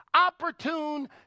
opportune